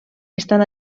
estan